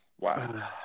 Wow